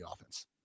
offense